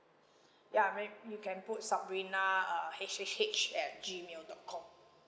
ya ma~ you can put sabrina uh H H H at G mail dot com